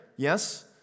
Yes